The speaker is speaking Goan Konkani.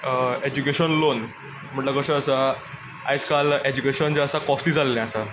एज्युकेशन लोन म्हणल्यार कशें आसा आयज काल एज्युकेशन जें आसा कॉस्टली जाल्लें आसा